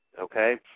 okay